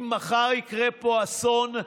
אם מחר יקרה פה אסון,